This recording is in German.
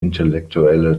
intellektuelle